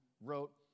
wrote